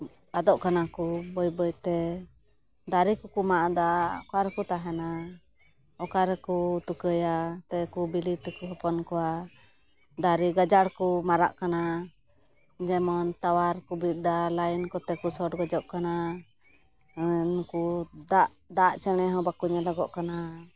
ᱟᱫᱚᱜ ᱠᱟᱱᱟ ᱠᱚ ᱵᱟᱹᱭ ᱵᱟᱹᱭᱛᱮ ᱫᱟᱨᱮ ᱠᱚᱠᱚ ᱢᱟᱜ ᱫᱟ ᱚᱠᱟ ᱨᱮᱠᱚ ᱛᱟᱦᱮᱱᱟ ᱚᱠᱟ ᱨᱮᱠᱚ ᱛᱩᱠᱟᱹᱭᱟ ᱵᱤᱞᱤ ᱛᱮᱠᱚ ᱦᱚᱯᱚᱱ ᱠᱚᱣᱟ ᱫᱟᱨᱮ ᱜᱟᱡᱟᱲ ᱠᱚ ᱢᱟᱨᱟᱜ ᱠᱟᱱᱟ ᱡᱮᱢᱚᱱ ᱴᱟᱣᱟᱨ ᱠᱚ ᱵᱤᱫ ᱫᱟ ᱞᱟᱭᱤᱱ ᱠᱚᱛᱮ ᱠᱚ ᱥᱚᱨᱴ ᱜᱚᱡᱚᱜ ᱠᱟᱱᱟ ᱟᱨ ᱱᱩᱠᱩ ᱫᱟᱜ ᱪᱮᱬᱮ ᱦᱚᱸ ᱵᱟᱠᱚ ᱧᱮᱞᱚᱜᱚᱜ ᱠᱟᱱᱟ